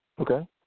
Okay